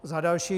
Za další.